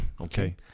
Okay